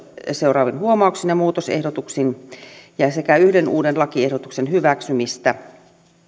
seuraavin huomautuksin ja muutosehdotuksin sekä yhden uuden lakiehdotuksen hyväksymistä